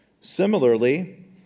Similarly